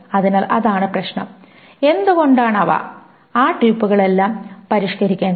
അതിനാൽ അതാണ് പ്രശ്നം എന്തുകൊണ്ടാണ് അവ ആ ട്യൂപ്പുകളെല്ലാം പരിഷ്ക്കരിക്കേണ്ടത്